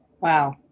Wow